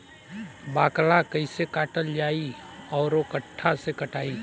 बाकला कईसे काटल जाई औरो कट्ठा से कटाई?